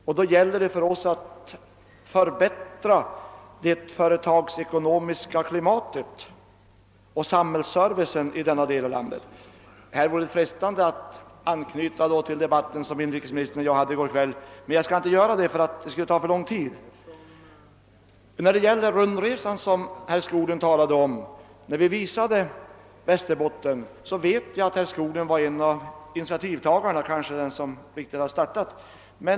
Därför gäller det för oss att förbättra det företagsekonomiska klimatet och samhällsservicen i denna del av landet. Här vore frestande att anknyta till den debatt som inrikesministern och jag hade i går kväll, men jag skall inte göra det, därför att det skulle ta för lång tid. Vad beträffar den rundresa som herr Skoglund talade om, då vi visade Västerbotten, vet jag att herr Skoglund var en av initiativtagarna, kanske den som hade startat den.